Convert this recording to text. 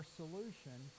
solution